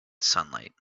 sunlight